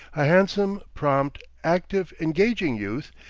a handsome, prompt, active, engaging youth,